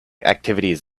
activities